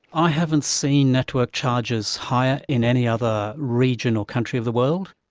i haven't seen network charges higher in any other region or country of the world.